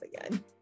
again